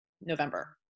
November